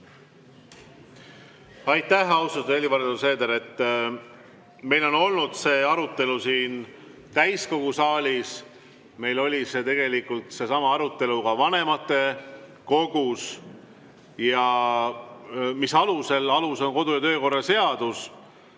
Aitäh, austatud Helir-Valdor Seeder! Meil on olnud see arutelu siin täiskogu saalis, meil oli tegelikult seesama arutelu ka vanematekogus. Ja mis alusel? Alus on kodu‑ ja töökorra seadus,